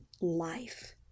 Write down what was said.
life